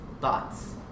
thoughts